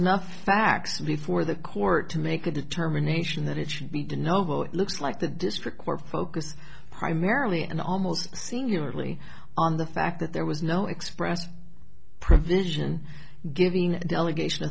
enough facts before the court to make a determination that it should be the no bill it looks like the district court focused primarily and almost singularly on the fact that there was no express provision giving a delegation